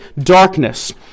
darkness